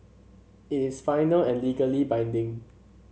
it is final and legally binding